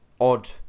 Odd